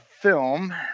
film